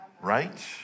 right